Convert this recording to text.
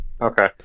okay